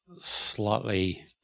slightly